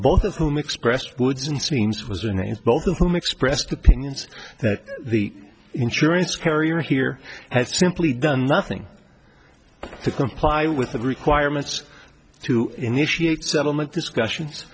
both of whom expressed woods and seems was and both of them expressed opinions that the insurance carrier here had simply done nothing to comply with the requirements to initiate settlement discussions